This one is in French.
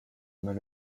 mal